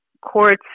courts